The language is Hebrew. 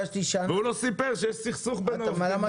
והוא לא סיפר שיש סכסוך בין העובדים לבין ההנהלה.